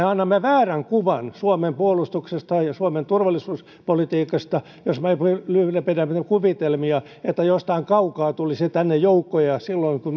annamme väärän kuvan suomen puolustuksesta ja suomen turvallisuuspolitiikasta jos me ylläpidämme kuvitelmia että jostain kaukaa tulisi tänne joukkoja silloin kun